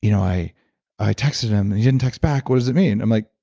you know i i texted him, he didn't text back. what does it mean? i'm like,